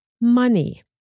money